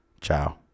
Ciao